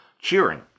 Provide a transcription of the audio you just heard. cheering